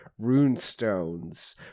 runestones